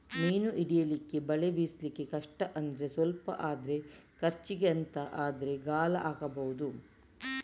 ಮೀನು ಹಿಡೀಲಿಕ್ಕೆ ಬಲೆ ಬೀಸ್ಲಿಕ್ಕೆ ಕಷ್ಟ ಆದ್ರೆ ಸ್ವಲ್ಪ ಅಂದ್ರೆ ಖರ್ಚಿಗೆ ಅಂತ ಆದ್ರೆ ಗಾಳ ಹಾಕ್ಬಹುದು